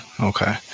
Okay